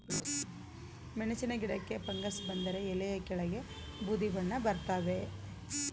ಮೆಣಸಿನ ಗಿಡಕ್ಕೆ ಫಂಗಸ್ ಬಂದರೆ ಎಲೆಯ ಕೆಳಗೆ ಬೂದಿ ಬಣ್ಣ ಬರ್ತಾದೆ